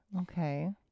Okay